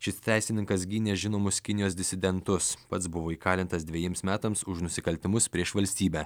šis teisininkas gynė žinomus kinijos disidentus pats buvo įkalintas dvejiems metams už nusikaltimus prieš valstybę